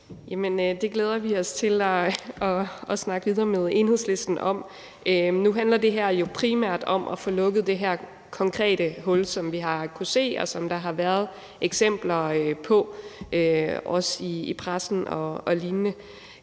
Det glæder vi os til at snakke videre med Enhedslisten om. Nu handler det her jo primært om at få lukket det her konkrete hul, som vi har kunnet se, og som der har været eksempler på, som også er blevet